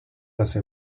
hace